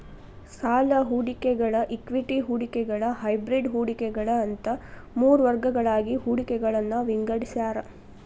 ಸಾಲ ಹೂಡಿಕೆಗಳ ಇಕ್ವಿಟಿ ಹೂಡಿಕೆಗಳ ಹೈಬ್ರಿಡ್ ಹೂಡಿಕೆಗಳ ಅಂತ ಮೂರ್ ವರ್ಗಗಳಾಗಿ ಹೂಡಿಕೆಗಳನ್ನ ವಿಂಗಡಿಸ್ಯಾರ